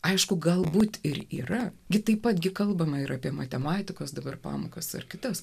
aišku galbūt ir yra gi taip pat gi kalbama ir apie matematikos dabar pamokas ar kitas